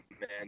man